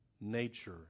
nature